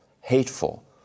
hateful